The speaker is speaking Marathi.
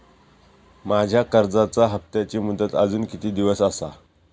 माझ्या कर्जाचा हप्ताची मुदत अजून किती दिवस असा?